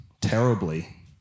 terribly